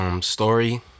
Story